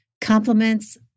compliments